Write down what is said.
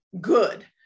good